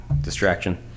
Distraction